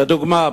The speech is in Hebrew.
לדוגמה,